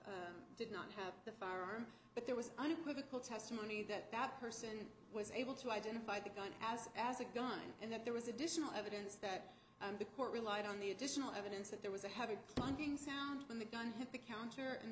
have did not have the firearm but there was unequivocal testimony that that person was able to identify the gun as as a gun and that there was additional evidence that the court relied on the additional evidence that there was a heavy clogging sound when the gun hit the counter and